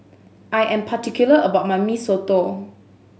I am particular about my Mee Soto